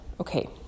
okay